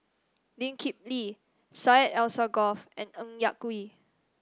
Lee Kip Lee Syed Alsagoff and Ng Yak Whee